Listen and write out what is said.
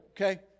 okay